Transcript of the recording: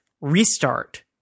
restart